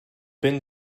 been